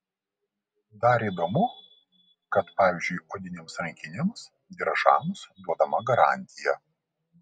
dar įdomu kad pavyzdžiui odinėms rankinėms diržams duodama garantija